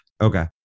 okay